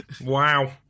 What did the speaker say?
Wow